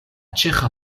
ĉeĥa